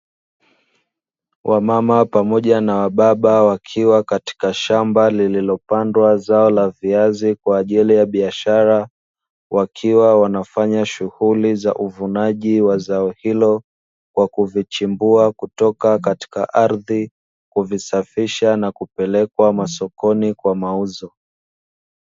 Wamama pamoja na wababa wakiwa katika shamba lililopandwa zao la viazi kwa ajili ya biashara, wakiwa wanafanya shughuli za uvunaji wa zao hilo, kwa kuvichimbua kutoka katika ardhi kuvisafisha na kupelekwa masokoni kwa mauzo.